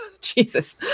Jesus